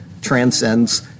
transcends